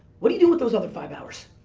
what are you doing with those of the five hours?